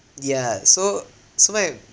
yeah so so my